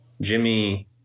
Jimmy